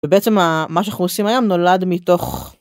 בעצם ה... מה שאנחנו עושים היום נולד מתוך.